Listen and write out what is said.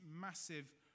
massive